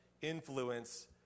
influence